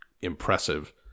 impressive